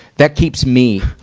that keeps me,